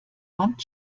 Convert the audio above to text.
wand